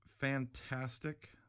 fantastic